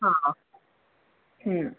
ਹਾਂ